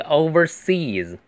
overseas